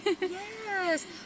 Yes